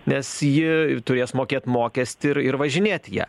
nes ji turės mokėt mokestį ir ir važinėt ja